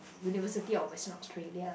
University of western Australia